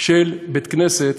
של בית-כנסת,